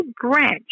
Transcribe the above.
branch